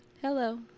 Hello